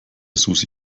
susi